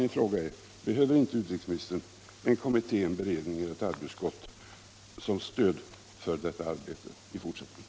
Min fråga är alltså: Behöver inte utrikesministern en kommitté, en beredning eller ett arbetsutskott som står för detta arbete i fortsättningen?